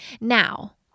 Now